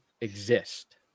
exist